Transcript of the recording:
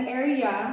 area